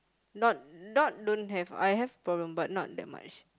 not not don't have I have problem but not that much